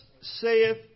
saith